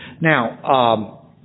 Now